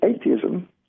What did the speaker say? atheism